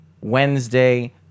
Wednesday